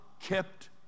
kept